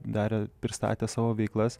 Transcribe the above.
dar pristatė savo veiklas